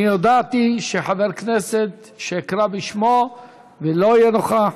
אני הודעתי שחבר כנסת שאקרא בשמו ולא יהיה נוכח,